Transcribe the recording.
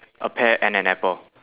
a pear and an apple